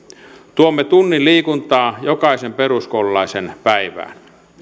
tuomme tunnin liikuntaa jokaisen peruskoululaisen päivään